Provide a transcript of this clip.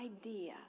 idea